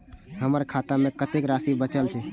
हमर खाता में कतेक राशि बचल छे?